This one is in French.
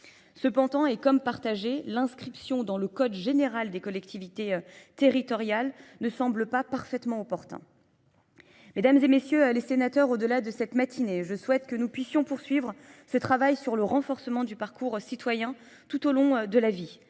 Ce pantant est comme partagé, l'inscription dans le code général des collectivités territoriales ne semble pas parfaitement opportun. Mesdames et messieurs les sénateurs, au-delà de cette matinée, je souhaite que nous puissions poursuivre ce travail sur le renforcement du parcours citoyen tout au long de la vie.